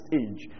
age